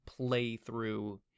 playthrough